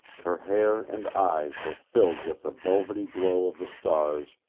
her hair and eyes were filled with the velvety glow of the stars,